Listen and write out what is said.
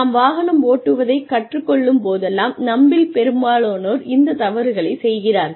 நாம் வாகனம் ஓட்டுவதை கற்றுக் கொள்ளும் போதெல்லாம் நம்மில் பெரும்பாலோர் இந்த தவறுகளை செய்கிறார்கள்